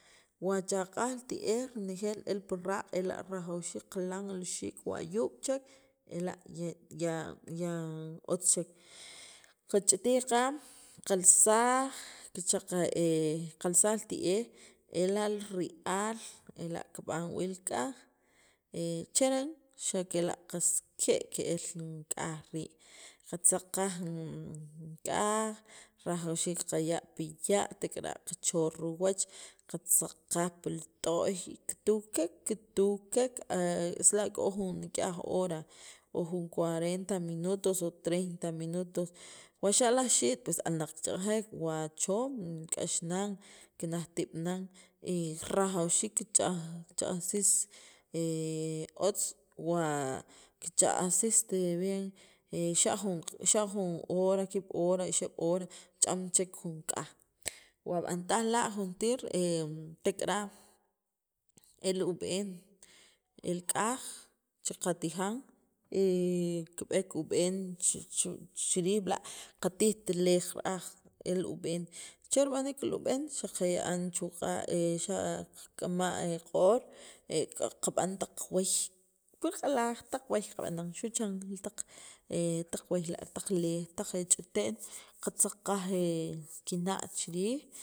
wa chaq'aj li ti'ej renjeel el pi raaq' ela rajawiik qaqilan li xiik' wa yuub' chek ela' ya ya otz chek qach'itij qaj qalsaj kicha ke kalsaj li ti'ej ela' ri'al ela' kib'an wii' li k'aj cheren xa' kela' qas ke' ke'el li k'aj rii' qatzaq qaj k'aj rajawxiik qaya' pil ya' tek'ara' qacho riwach qatzaqqaj pil t'o'y kitukek kitukeke es la' k'o nik'yaj hora o cuarenta minutos o treinta minutos wa xa' laj xiit' alnaq kich'aq'ajek wa choom k'ax nan kinajtib' nan y rajawxiik kich'aj kich'ak'jsis otz wa kichaq'ajsist bien xa' jun q'i xa' jun hora kib' hora ixeb' hora ch'amch'ek jun k'aj wab'antaj la' juntir tek'ara' el ub'en el k'aj che qatijan kib'eek chi chiriij b'la' katijt leej ra'aj el ub'en che rib'aniik li ub'en xa qaqiya'an chu' q'a' xa' qak'ama' q'or qab'an taq waay pi q'alaj taq waay xu' chan taq waay la' taq leej taq ch'ite'n qatzaq qaj kinaq' chi riij.